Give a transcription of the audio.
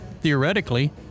theoretically